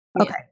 Okay